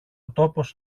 τόπος